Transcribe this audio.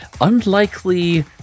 unlikely